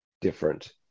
different